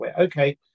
Okay